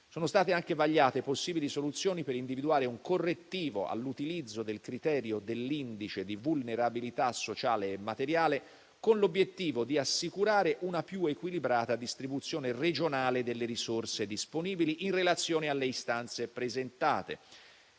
Sono state anche vagliate possibili soluzioni per individuare un correttivo all'utilizzo del criterio dell'indice di vulnerabilità sociale e materiale, con l'obiettivo di assicurare una più equilibrata distribuzione regionale delle risorse disponibili in relazione alle istanze presentate.